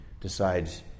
decides